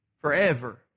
forever